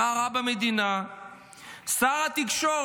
מה רע במדינה?; שר התקשורת,